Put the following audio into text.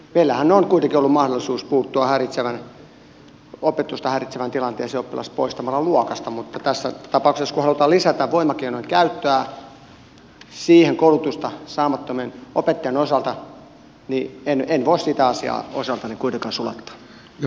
meillähän on kuitenkin ollut mahdollisuus puuttua opetusta häiritsevään tilanteeseen oppilas poistamalla luokasta mutta tässä tapauksessa kun halutaan lisätä voimakeinojen käyttöä siihen koulutusta saamattomien opettajien osalta en voi sitä asiaa osaltani kuitenkaan sulattaa